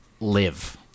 live